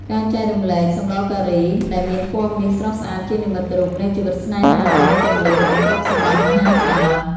ការចែករំលែក "សម្លការី" ដែលមានពណ៌មាសស្រស់ស្អាត ជានិមិត្តរូបនៃជីវិតស្នេហាដ៏មានពន្លឺ និងទ្រព្យសម្បត្តិមហាសាល។